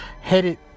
headed